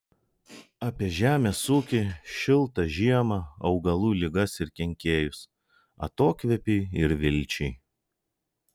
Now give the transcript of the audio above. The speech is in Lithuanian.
apie žemės ūkį šiltą žiemą augalų ligas ir kenkėjus atokvėpiui ir vilčiai